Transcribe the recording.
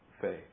faith